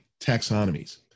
taxonomies